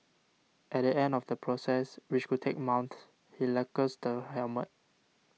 at the end of the process which could take months he lacquers the helmet